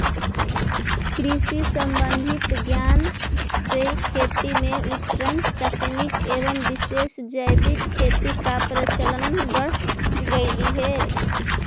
कृषि संबंधित ज्ञान से खेती में उन्नत तकनीक एवं विशेष जैविक खेती का प्रचलन बढ़ गेलई हे